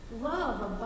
love